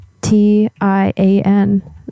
t-i-a-n